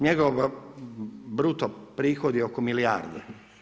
Njegov bruto prihoda je oko milijardu.